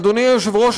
אדוני היושב-ראש,